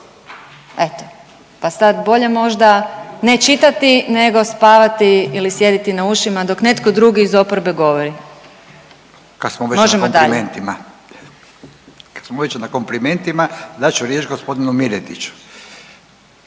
Eto, pa sad bolje možda ne čitati nego spavati ili sjediti na ušima dok netko drugi iz oporbe govori. …/Upadica Radin: Kad smo već na komplimentima/…Možemo dalje. **Radin, Furio